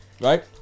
right